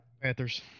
panthers